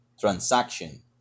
transaction